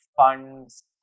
Funds